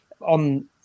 on